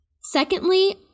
Secondly